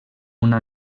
una